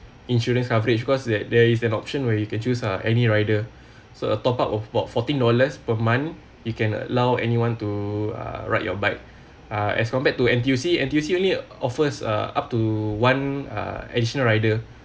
insurance coverage because that there is an option where you can choose ah any rider so a top up of about fourteen dollars per month you can allow anyone to uh ride your bike uh as compared to N_T_U_C N_T_U_C only offers uh up to one uh additional rider